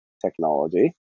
technology